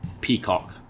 Peacock